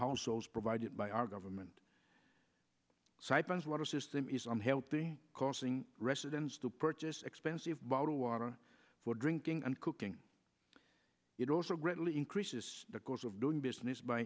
households provided by our government siphons water system is unhealthy causing residents to purchase expensive bottle water for drinking and cooking it also greatly increases the cost of doing business by